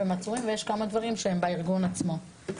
ויש כמה דברים שהם בארגון עצמו.